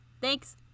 Thanks